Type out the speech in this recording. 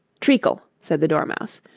treacle, said the dormouse,